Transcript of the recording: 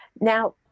Now